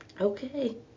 Okay